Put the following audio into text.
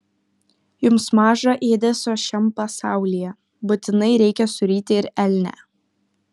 jums maža ėdesio šiam pasaulyje būtinai reikia suryti ir elnią